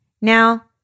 Now